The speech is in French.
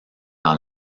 dans